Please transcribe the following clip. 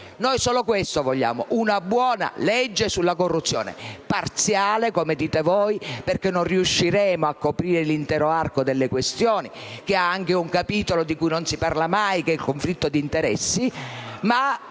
solo questo: una buona legge sulla corruzione, parziale come dite voi, perché non riusciremo a coprire l'intero arco delle questioni (c'è anche un capitolo di cui non si parla mai, che è il conflitto di interessi), ma